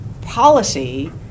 policy